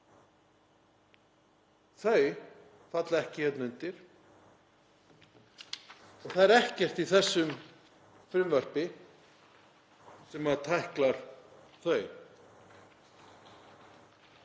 Þau falla ekki hérna undir og það er ekkert í þessu frumvarpi sem tæklar þau.